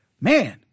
man